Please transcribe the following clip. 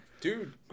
Dude